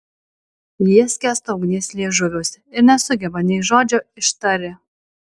jie skęsta ugnies liežuviuose ir nesugeba nei žodžio ištari